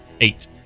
eight